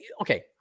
okay